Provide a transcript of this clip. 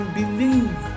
believe